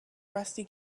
rusty